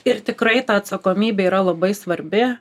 ir tikrai ta atsakomybė yra labai svarbi